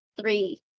three